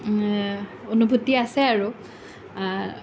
অনুভূতি আছে আৰু